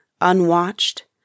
unwatched